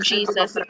Jesus